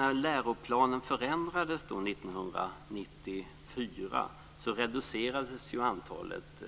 När läroplanen förändrades 1994 reducerades antalet